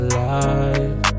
life